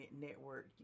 network